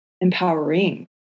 empowering